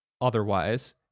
otherwise